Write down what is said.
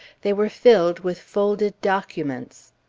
they were filled with folded documents.